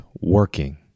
working